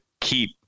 keep